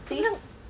see